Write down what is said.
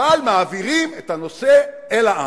אבל מעבירים את הנושא אל העם.